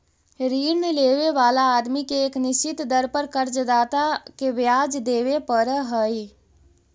ऋण लेवे वाला आदमी के एक निश्चित दर पर कर्ज दाता के ब्याज देवे पड़ऽ हई